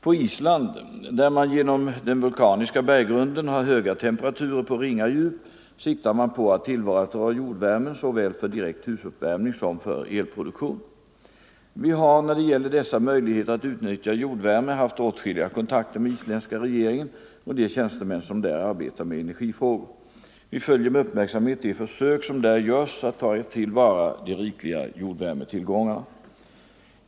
På Island, där man genom den vulkaniska berggrunden har höga temperaturer på ringa djup, siktar man på att tillvarata jordvärmen såväl för direkt husuppvärmning som för elproduktion. Vi har, när det gäller dessa möjligheter att utnyttja jordvärme, haft åtskilliga kontakter med isländska regeringen och de tjänstemän som där arbetar med energifrågor. Vi följer med uppmärksamhet de försök som där görs att ta till vara de rikliga jordvärmetillgångarna.